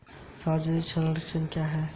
सामाजिक संरक्षण क्या है?